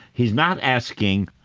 he's not asking,